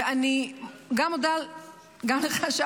ואני גם מודה לך,